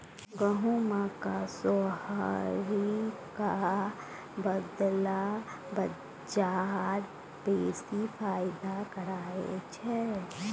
गहुमक सोहारीक बदला बजरा बेसी फायदा करय छै